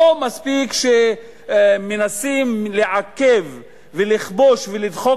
לא מספיק שמנסים לעכב ולכבוש ולדחוק